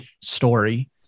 story